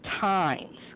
times